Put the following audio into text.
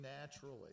naturally